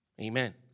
Amen